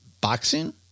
Boxing